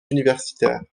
universitaires